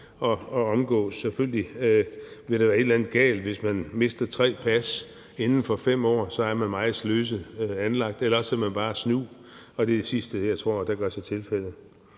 at omgå. Selvfølgelig vil der være et eller andet galt, hvis man mister tre pas inden for 5 år. Så er man meget sløset anlagt, eller også er man bare snu, og det er det sidste, jeg tror er tilfældet.